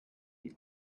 die